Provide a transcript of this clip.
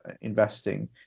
investing